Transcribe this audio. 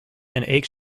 are